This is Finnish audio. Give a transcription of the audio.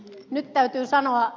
nyt täytyy sanoa